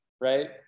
right